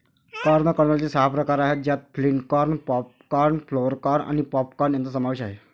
corn कर्नलचे सहा प्रकार आहेत ज्यात flint corn, pod corn, flour corn आणि पॉप कॉर्न यांचा समावेश आहे